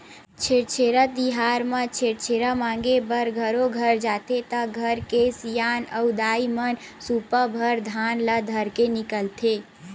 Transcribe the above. छेरछेरा तिहार म छेरछेरा मांगे बर घरो घर जाथे त घर के सियान अऊ दाईमन सुपा भर धान ल धरके निकलथे